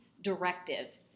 directive